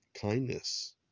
kindness